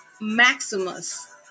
maximus